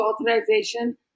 authorization